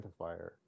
identifier